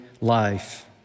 life